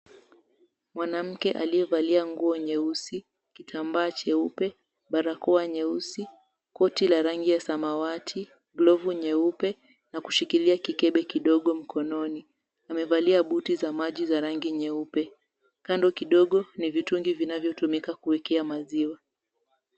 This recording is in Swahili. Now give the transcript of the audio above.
Mwanamke aliyevalia nguo nyeusi, kitambaa cheupe, barakoa nyeusi, koti la rangi ya samawati, glovu nyeupe na kushikilia mkebe kidogo mkononi amevalia buti za maji za rangi nyeupe. Kando kidogo ni vitungi vinayotumika kuwekea maziwa.